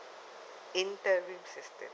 interim assistance